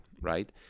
right